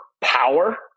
power